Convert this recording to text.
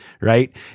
right